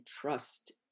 trust